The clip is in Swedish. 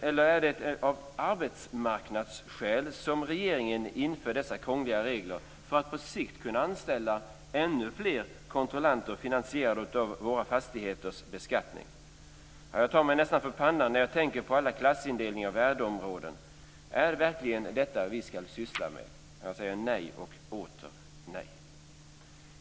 Eller är det av arbetsmarknadsskäl som regeringen inför dessa krångliga regler för att på sikt kunna anställa ännu fler kontrollanter finansierade av beskattningen av våra fastigheter? Jag tar mig för pannan när jag tänker på alla klassindelningar och värdeområden. Är det verkligen detta vi skall syssla med? Nej och åter nej.